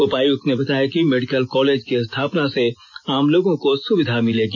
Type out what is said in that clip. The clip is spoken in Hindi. उपायुक्त ने बताया कि मेडिकल कॉलेज की स्थापना से आमलोगों को सुविधा मिलेगी